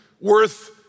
worth